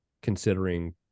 considering